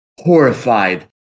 Horrified